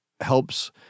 helps